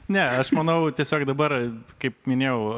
ne aš manau tiesiog dabar kaip minėjau